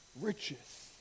riches